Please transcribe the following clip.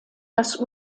das